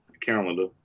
calendar